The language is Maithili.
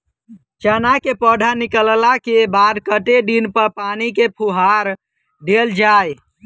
चना केँ पौधा निकलला केँ बाद कत्ते दिन पर पानि केँ फुहार देल जाएँ?